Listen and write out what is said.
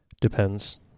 depends